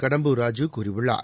கடம்பூர் ராஜு கூறியுள்ளார்